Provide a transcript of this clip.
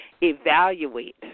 evaluate